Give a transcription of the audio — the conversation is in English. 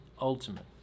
ultimate